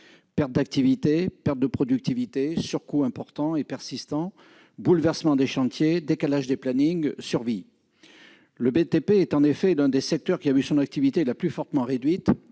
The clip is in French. perte d'activité, perte de productivité, surcoûts importants et persistants, bouleversement des chantiers, décalage des plannings, survie. Le BTP est en effet l'un des secteurs qui a vu son activité se réduire